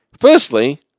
Firstly